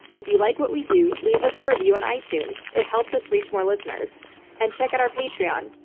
if you like what we do, leave us a review on itunes. it helps us reach more listeners and check out our patreon.